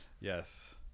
yes